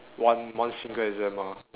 one one single exam ah